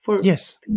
Yes